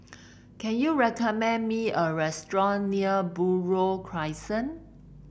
can you recommend me a restaurant near Buroh Crescent